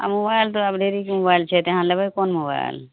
आओर मोबाइल तऽ आब ढेरीके मोबाइल छै तऽ अहाँ लेबय कोन मोबाइल